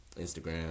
Instagram